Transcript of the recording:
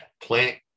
plant